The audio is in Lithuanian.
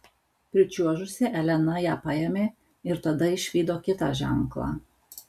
pričiuožusi elena ją paėmė ir tada išvydo kitą ženklą